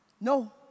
No